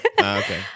okay